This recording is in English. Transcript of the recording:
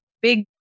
big